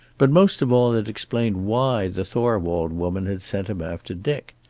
but most of all it explained why the thorwald woman had sent him after dick.